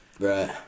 right